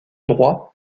droit